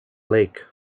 lake